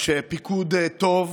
יש פיקוד טוב,